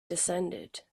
descended